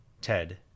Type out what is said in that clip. Ted